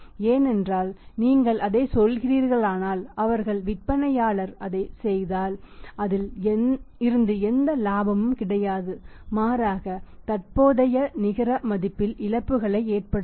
ஏனென்றால் நீங்கள் அதைச் செய்கிறீர்களானால் அதாவது விற்பனையாளர் அதைச் செய்தால் அதில் இருந்து எந்த இலாபமும் கிடைக்காது மாறாக தற்போதைய நிகர மதிப்பில் இழப்புகளை ஏற்படுத்தும்